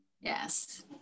Yes